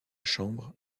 chambre